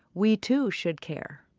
we too should care.